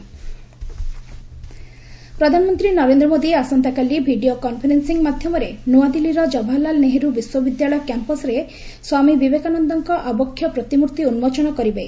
PM କେଏନ୍ୟୁ ପ୍ରଧାନମନ୍ତ୍ରୀ ନରେନ୍ଦ୍ର ମୋଦି ଆସନ୍ତାକାଲି ଭିଡ଼ିଓ କନ୍ଫରେନ୍ସିଂ ମାଧ୍ୟମରେ ନ୍ତଆଦିଲ୍ଲୀର ଜବାହରଲାଲ୍ ନେହେରୁ ବିଶ୍ୱବିଦ୍ୟାଳୟ କ୍ୟାମ୍ପସ୍ରେ ସ୍ୱାମୀ ବିବେକାନନ୍ଦଙ୍କ ଆବକ୍ଷ ପ୍ରତିମ୍ଭି ଉନ୍ଦୋଚନ କରିବେ